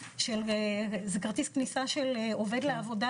זה כרטיס כניסה של עובד לעבודה,